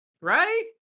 Right